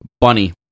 bunny